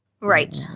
Right